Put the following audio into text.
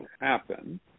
happen